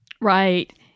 Right